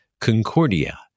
Concordia